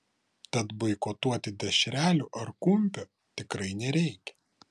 tad boikotuoti dešrelių ar kumpio tikrai nereikia